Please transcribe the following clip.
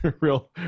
real